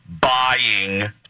buying